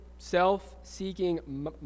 self-seeking